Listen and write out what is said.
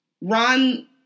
Ron